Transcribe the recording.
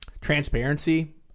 transparency